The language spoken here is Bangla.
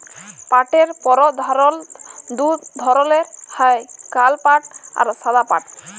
পাটের পরধালত দু ধরলের হ্যয় কাল পাট আর সাদা পাট